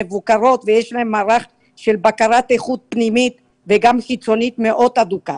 יש להן מערך של בקרת איכות פנימית וגם חיצונית מאוד הדוק.